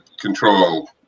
control